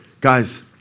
Guys